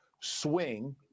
swing